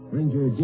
Ranger